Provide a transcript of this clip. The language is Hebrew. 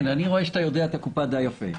אני רואה שאתה יודע את הקופה די יפה.